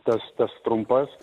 tas tas trumpas